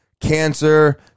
cancer